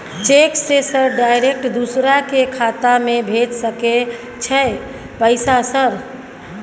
Cheque से sir direct दूसरा के खाता में भेज सके छै पैसा सर?